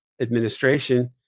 administration